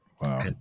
Wow